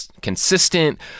consistent